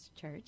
Church